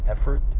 effort